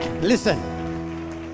Listen